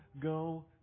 go